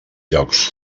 llocs